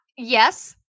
Yes